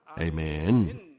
Amen